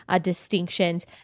distinctions